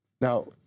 Now